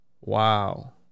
Wow